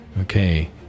Okay